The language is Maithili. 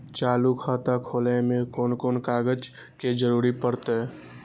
चालु खाता खोलय में कोन कोन कागज के जरूरी परैय?